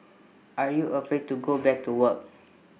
are you afraid to go back to work